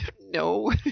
No